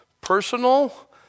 personal